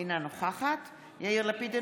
אינה נוכחת יאיר לפיד,